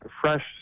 fresh